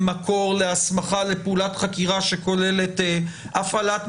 מקור להסמכה לפעולת חקירה שכוללת הפעלת מדובבים,